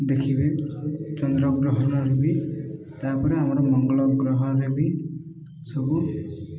ଦେଖିବେ ଚନ୍ଦ୍ରଗ୍ରହଣରେ ବି ତାପରେ ଆମର ମଙ୍ଗଳ ଗ୍ରହରେ ବି ସବୁ